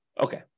Okay